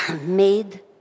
made